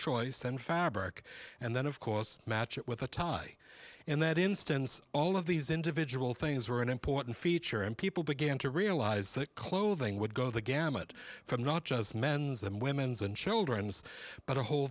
choice and fabric and then of course match it with a tie in that instance all of these individual things were an important feature and people began to realize that clothing would go the gamut from not just men's and women's and children's but a whole